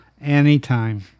anytime